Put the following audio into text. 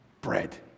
bread